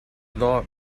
not